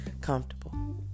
comfortable